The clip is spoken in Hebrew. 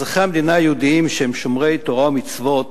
אזרחי המדינה היהודים שהם שומרי תורה ומצוות,